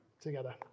together